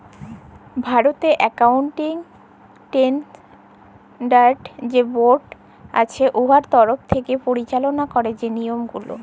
ভারতেরলে accounting standard যে board আছে উয়ার তরফ থ্যাকে পরিচাললা ক্যারে যে লিয়মগুলা